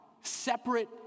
separate